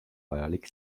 vajalik